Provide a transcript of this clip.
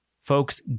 Folks